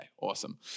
awesome